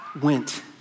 went